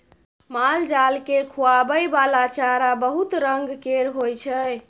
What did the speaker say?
मालजाल केँ खुआबइ बला चारा बहुत रंग केर होइ छै